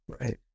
Right